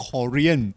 Korean